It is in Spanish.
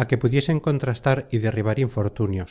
á que pudiesen contrastar y derribar infortunios